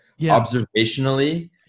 observationally